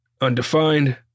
undefined